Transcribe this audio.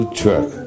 truck